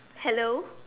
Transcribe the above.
hello